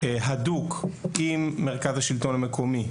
הדוק עם מרכז השלטון המקומי,